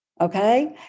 Okay